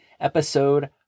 episode